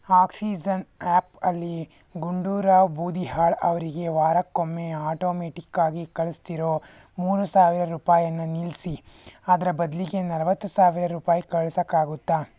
ಹಾಕ್ಸಿಝನ್ app ಅಲ್ಲಿ ಗುಂಡುರಾವ್ ಬೂದಿಹಾಳ್ ಅವರಿಗೆ ವಾರಕ್ಕೊಮ್ಮೆ ಆಟೊಮೆಟಿಕ್ಕಾಗಿ ಕಳಿಸ್ತಿರೊ ಮೂರು ಸಾವಿರ ರೂಪಾಯನ್ನ ನಿಲ್ಲಿಸಿ ಅದರ ಬದಲಿಗೆ ನಲವತ್ತು ಸಾವಿರ ರೂಪಾಯಿ ಕಳ್ಸೊಕಾಗುತ್ತ